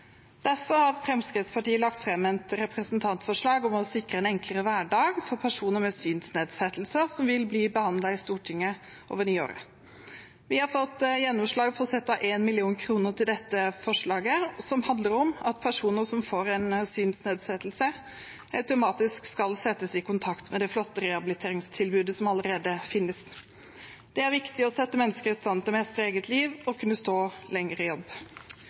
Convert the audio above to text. Derfor har Fremskrittspartiet lagt fram et representantforslag om å sikre en enklere hverdag for personer med synsnedsettelser, som vil bli behandlet i Stortinget på nyåret. Vi har fått gjennomslag for å sette av 1 mill. kr til dette forslaget, som handler om at personer som får en synsnedsettelse, automatisk skal settes i kontakt med det flotte rehabiliteringstilbudet som allerede finnes. Det er viktig å sette mennesker i stand til å mestre eget liv og kunne stå lenger i jobb.